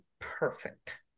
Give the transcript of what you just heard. perfect